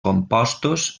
compostos